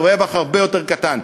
הרווח הרבה יותר קטן,